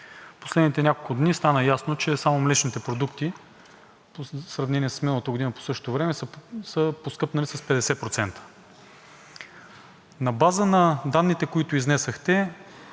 Последните няколко дни стана ясно, че само млечните продукти – в сравнение с миналата година по същото време, са поскъпнали с 50%. На база на данните, които изнесохте,